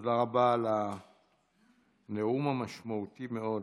תודה רבה על הנאום המשמעותי מאוד.